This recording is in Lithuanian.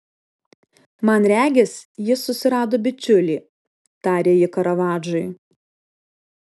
man regis jis susirado bičiulį tarė ji karavadžui